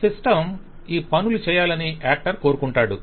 system ఈ పనులు చేయాలని యాక్టర్స్ కోరుకుంటారు